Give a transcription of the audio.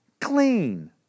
clean